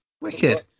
Wicked